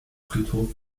friedhof